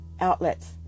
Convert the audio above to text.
outlets